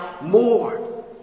more